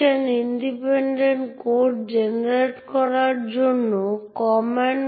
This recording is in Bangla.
gid যা একটি গ্রুপ শনাক্তকারী যা ব্যবহারকারী যে গ্রুপে থাকতে চায় তা চিহ্নিত করে